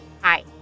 Hi